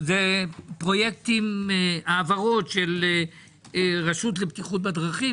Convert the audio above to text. זה העברות של רשות לבטיחות בדרכים,